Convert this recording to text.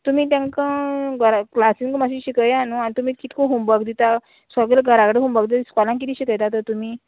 तुमी तेंका घरा क्लासीन मात्शें शिकया न्हू आनी तुमी कितको होमवर्क दिता सगळें घरा कडेन होमवर्क स्कॉलान कितें शिकयता तर तुमी